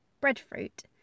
breadfruit